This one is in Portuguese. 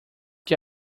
que